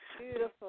Beautiful